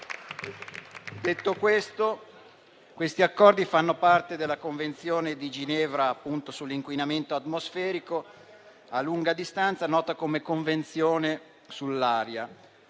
questi accordi fanno parte della Convenzione di Ginevra sull'inquinamento atmosferico a lunga distanza, nota come convenzione sull'aria.